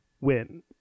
win